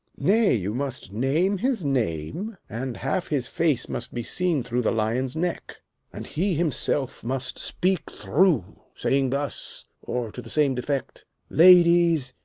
nay, you must name his name, and half his face must be seen through the lion's neck and he himself must speak through, saying thus, or to the same effect ladies,